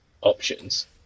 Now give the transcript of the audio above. options